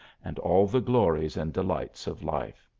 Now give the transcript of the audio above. and all the glories and delights of life.